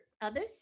Others